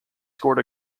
scored